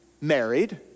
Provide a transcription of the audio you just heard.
married